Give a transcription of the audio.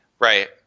Right